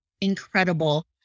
incredible